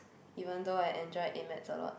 even though I enjoyed a-maths a lot